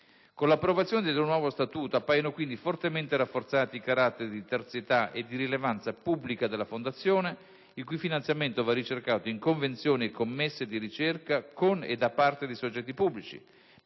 Con l'approvazione del nuovo Statuto appaiono, quindi, fortemente rafforzati i caratteri di terzietà e rilevanza pubblica della Fondazione, il cui finanziamento va ricercato in convenzioni e commesse di ricerca con e da parte di soggetti pubblici: